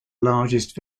largest